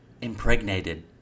impregnated